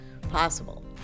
possible